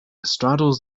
straddles